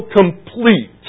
complete